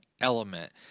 element